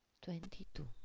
Twenty-two